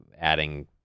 adding